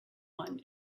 one